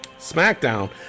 SmackDown